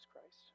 Christ